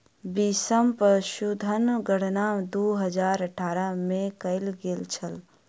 बीसम पशुधन गणना दू हजार अठारह में कएल गेल छल